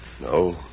No